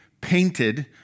painted